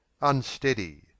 Unsteady